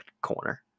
corner